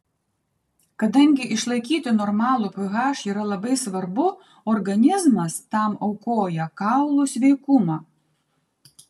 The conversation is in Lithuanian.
kadangi išlaikyti normalų ph yra labai svarbu organizmas tam aukoja kaulų sveikumą